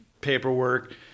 paperwork